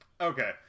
Okay